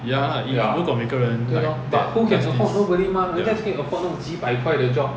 ya 如果每个人 like that must this